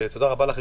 ותודה רבה לכם,